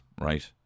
right